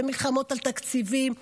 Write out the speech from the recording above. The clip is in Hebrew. ומלחמות על תקציבים,